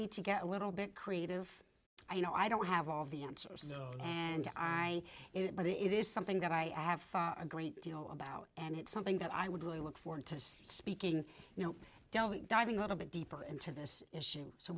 need to get a little bit creative i know i don't have all the answers and i it but it is something that i have a great deal about and it's something that i would really look forward to speaking you know don't diving a little bit deeper into this issue so